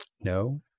no